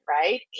right